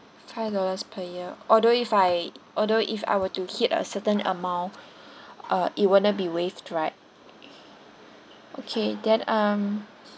five dollars per year although if I although if I were to hit a certain amount uh it wouldn't be waive right okay then um